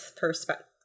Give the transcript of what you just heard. perspective